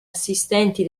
assistenti